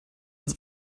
ins